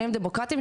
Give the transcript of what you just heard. דמוקרטיים,